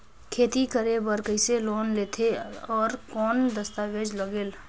खेती करे बर कइसे लोन लेथे और कौन दस्तावेज लगेल?